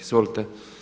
Izvolite.